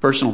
personal